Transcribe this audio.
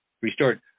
restored